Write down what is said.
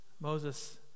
Moses